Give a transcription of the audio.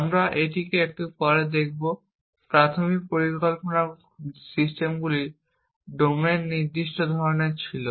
আমরা এটিকে একটু পরে দেখব প্রাথমিক পরিকল্পনা সিস্টেমগুলি ডোমেন নির্দিষ্ট ধরণের ছিল